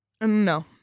No